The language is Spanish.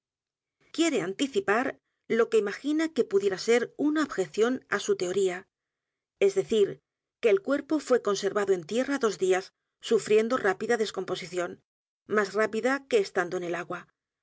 quiere anticipar lo que imagina que pudiera ser una objeción á su teoría es decir que el cuerpo fué conservado en tierra dos días sufriendo rápida descomposición más rápida que estando en el agua